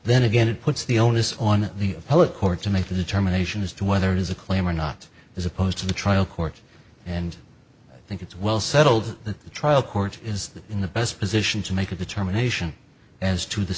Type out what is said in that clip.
then again it puts the onus on the appellate court to make the determination as to whether it is a claim or not as opposed to the trial court and i think it's well settled that the trial court is in the best position to make a determination as to the